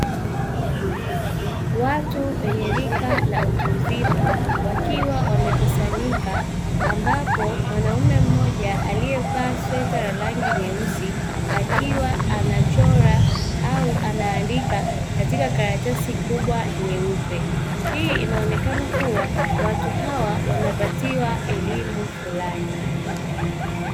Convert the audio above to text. Watu wenye rika la utu uzima wakiwa wamekusanyika ambapo mwanaume mmoja aliyevaa sweta la rangi nyeusi akiwa anachora au anaandika katika karatasi kubwa nyeupe, hii inaonekana kuwa watu hawa wanapatiwa elimu fulani.